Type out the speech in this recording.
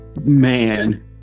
man